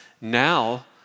now